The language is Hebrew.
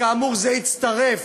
כאמור, זה יתווסף